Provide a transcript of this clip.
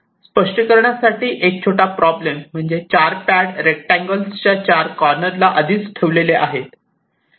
स्पष्टीकरणा साठी एक छोटा प्रॉब्लेम म्हणजे चार पॅड रेक्टांगल्स च्या चार कॉर्नरला आधीच ठेवलेले आहेत